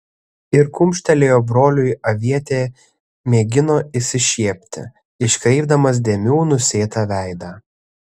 ir kumštelėjo broliui avietė mėgino išsišiepti iškreipdamas dėmių nusėtą veidą